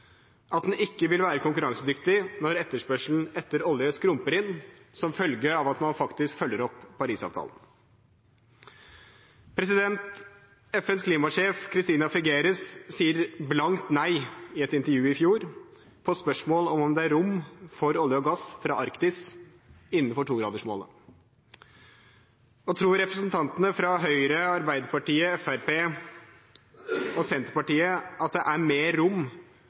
at den ikke vil være konkurransedyktig når etterspørselen etter olje skrumper inn som følge av at man faktisk følger opp Paris-avtalen? FNs klimasjef Christiana Figueres sa i et intervju i fjor blankt «nei» på spørsmål om det er rom for olje og gass fra Arktis innenfor 2-gradersmålet. Tror representantene fra Høyre, Arbeiderpartiet, Fremskrittspartiet og Senterpartiet at det er mer rom